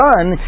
son